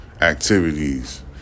activities